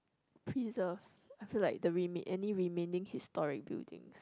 preserve I feel like the remain any remaining historic buildings